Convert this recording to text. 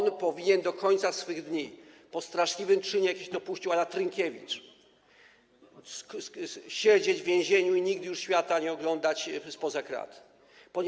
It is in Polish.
On powinien do końca swych dni po straszliwym czynie, jakiego się dopuścił, a la Trynkiewicz, siedzieć w więzieniu i nigdy już świata nie oglądać spoza krat.